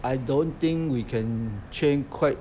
I don't think we can change quite